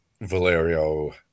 Valerio